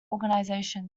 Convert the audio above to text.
organisation